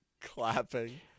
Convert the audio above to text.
clapping